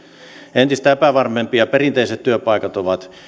entistä epävarmempia perinteiset työpaikat